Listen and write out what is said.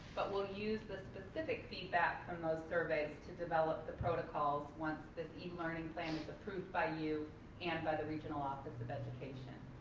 but we'll use the specific feedback from those surveys to develop the protocols once this e-learning plan is approved by you and by the regional office of education.